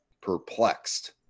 perplexed